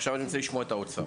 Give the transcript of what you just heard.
עכשיו אני רוצה לשמוע את האוצר.